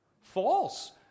False